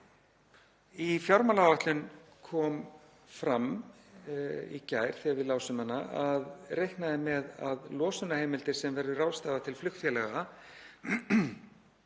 Í fjármálaáætlun kom fram í gær, þegar við lásum hana, að reiknað er með að verðmæti losunarheimilda sem verður ráðstafað til flugfélaga